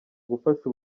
gufasha